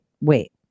wait